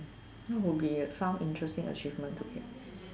what would be some of the interesting achievement to get